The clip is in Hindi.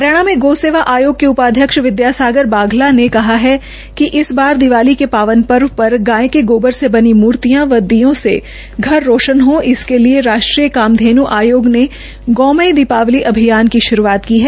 हरियाणा गौ सेवा आयोग के उपाध्यक्ष विद्या सागर बाघला ने कहा कि इस बार दीवाली के पावन पर्व पर गाय के गोबर से बनी मूर्तियां व दीयों से घर रोशन हो इसके लिए राष्ट्रीय कामधेनु आयोग ने गौमय दीपावली अभियान की शुरूआत की है